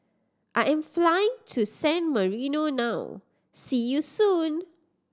I am flying to San Marino now see you soon